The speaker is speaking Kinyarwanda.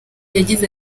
yagize